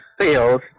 sales